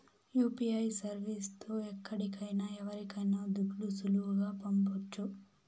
UPI service తో ఎక్కడికైనా ఎవరికైనా దుడ్లు సులువుగా పంపొచ్చు